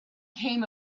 came